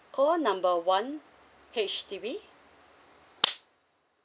call number one H_D_B